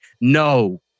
No